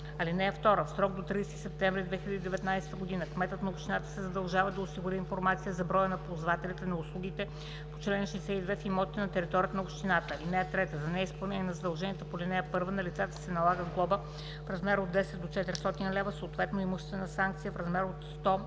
(2) В срок до 30 септември 2019 г. кметът на общината се задължава да осигури информация за броя на ползвателите на услугите по чл. 62 в имотите на територията на общината. (3) За неизпълнение на задължението по ал. 1 на лицата се налага глоба в размер от 10 до 400 лв., съответно имуществена санкция в размер от 100